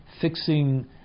fixing